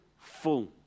full